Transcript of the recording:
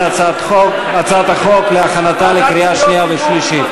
הצעת החוק להכנתה לקריאה שנייה ושלישית.